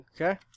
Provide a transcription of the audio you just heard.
Okay